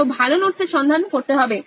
আরো ভালো নোটসের সন্ধান করতে হবে